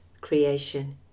creation